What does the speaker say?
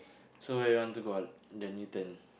so you want to go the Newton